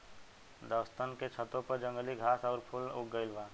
दोस्तन के छतों पर जंगली घास आउर फूल उग गइल बा